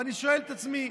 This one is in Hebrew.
ואני שואל את עצמי,